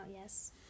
yes